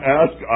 ask